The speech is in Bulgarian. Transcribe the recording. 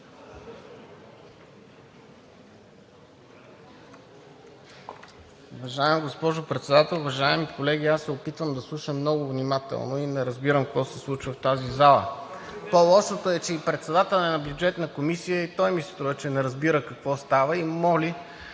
Уважаема госпожо Председател, уважаеми колеги! Аз се опитвам да слушам много внимателно и не разбирам какво се случва в тази зала. По-лошото e, че и председателят на Бюджетната комисия, и той ми се струва, че не разбира какво става и моли